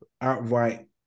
outright